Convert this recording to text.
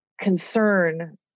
concern